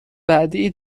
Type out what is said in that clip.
بعدیای